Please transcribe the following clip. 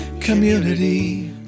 community